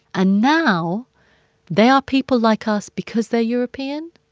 ah now they are people like us because they're european.